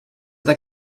tak